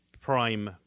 prime